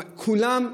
כולם,